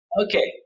Okay